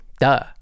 Duh